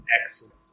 excellent